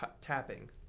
tapping